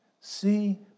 See